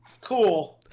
Cool